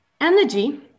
Energy